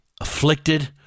afflicted